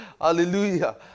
Hallelujah